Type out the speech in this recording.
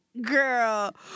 girl